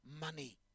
money